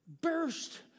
Burst